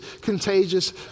contagious